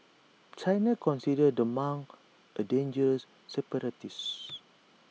China considers the monk A dangerous separatist